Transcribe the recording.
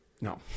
No